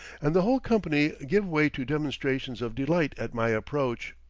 and the whole company give way to demonstrations of delight at my approach.